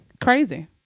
Crazy